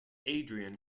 adrian